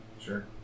Sure